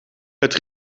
het